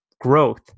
growth